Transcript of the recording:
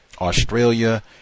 Australia